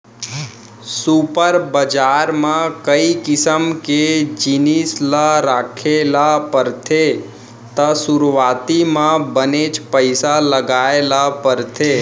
super बजार म कई किसम के जिनिस ल राखे ल परथे त सुरूवाती म बनेच पइसा लगाय ल परथे